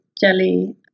Jelly